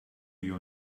you